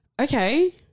okay